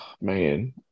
Man